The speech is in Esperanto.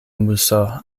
muso